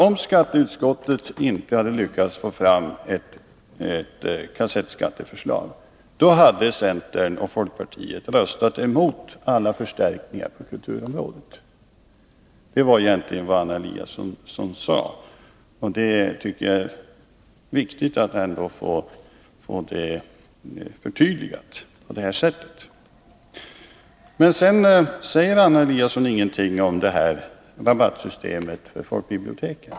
Om skatteutskottet inte hade lyckats få fram ett kassettskatteförslag, hade centern och folkpartiet röstat emot alla förstärkningar på kulturområdet. Det var egentligen vad Anna Eliasson sade. Det är ändå viktigt att få det förtydligat på detta sätt. Anna Eliasson sade emellertid ingenting om rabattsystemet för folkbiblioteken.